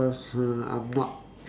because uh I'm not